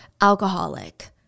alcoholic